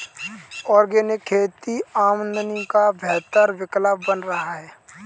organic खेती आमदनी का बेहतर विकल्प बन रहा है